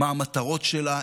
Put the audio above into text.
מה המטרות שלה?